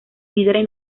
líderes